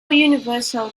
universal